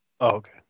Okay